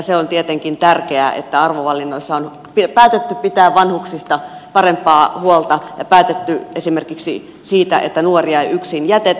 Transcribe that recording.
se on tietenkin tärkeää että arvovalinnoissa on päätetty pitää vanhuksista parempaa huolta ja päätetty esimerkiksi siitä että nuoria ei yksin jätetä